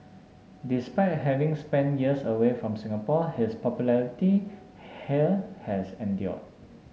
despite having spent years away from Singapore his popularity here has endured